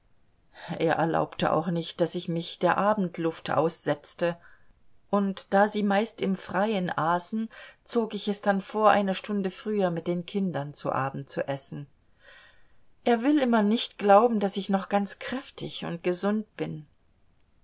er erlaubte auch nicht daß ich mich der abendluft aussetzte und da sie meist im freien aßen zog ich es dann vor eine stunde früher mit den kindern zu abend zu essen er will immer nicht glauben daß ich noch ganz kräftig und gesund bin